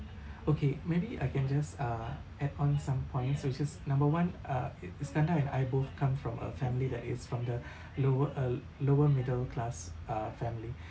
okay maybe I can just uh add on some point so it's just number one uh it iskandar and I both come from a family that is from the lower uh lower middle class uh family